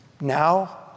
Now